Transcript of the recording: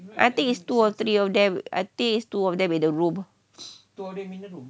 I think it's two or three of them I think it's two of them in the room